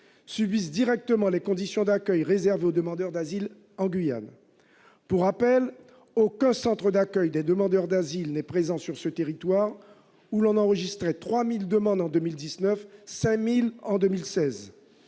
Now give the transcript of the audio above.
subissent directement les conditions d'accueil réservées aux demandeurs d'asile en Guyane. Pour rappel, aucun centre d'accueil des demandeurs d'asile n'est présent sur ce territoire, où l'on a enregistré 3 000 demandes en 2019 et 5 000